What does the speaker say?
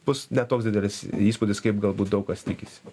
bus ne toks didelis įspūdis kaip galbūt daug kas tikisi